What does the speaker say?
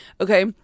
okay